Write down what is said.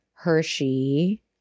Hershey